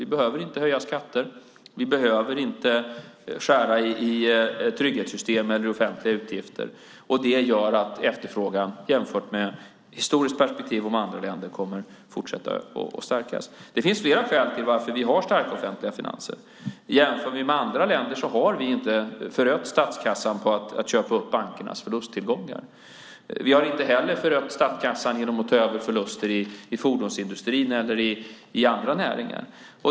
Vi behöver inte höja skatter. Vi behöver inte skära i trygghetssystem eller i offentliga utgifter. Det gör att efterfrågan i ett historiskt perspektiv och jämfört med andra länder kommer att fortsätta att stärkas. Det finns flera skäl till varför vi har starka offentliga finanser. Om vi jämför med andra länder har vi inte förött statskassan på att köpa upp bankernas förlusttillgångar. Vi har inte heller förött statskassan genom att ta över förluster i fordonsindustrin eller i andra näringar.